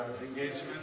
engagement